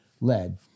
led